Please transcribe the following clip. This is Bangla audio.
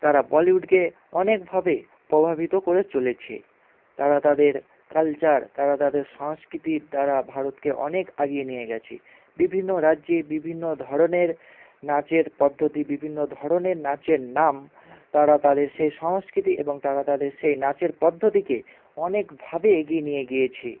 তারা বলিউডকে অনেকভাবে প্রভাবিত করে চলেছে তারা তাদের কালচার তারা তাদের সংস্কৃতির দ্বারা ভারতকে অনেক এগিয়ে নিয়ে গেছে বিভিন্ন রাজ্যে বিভিন্ন ধরণের নাচের পদ্ধতি বিভিন্ন ধরণের নাচের নাম তারা তাদের সেই সংস্কৃতি এবং তারা তাদের সেই নাচের পদ্ধতিকে অনেকভাবে এগিয়ে নিয়ে গিয়েছে